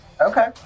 Okay